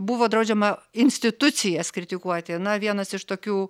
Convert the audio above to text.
buvo draudžiama institucijas kritikuoti na vienas iš tokių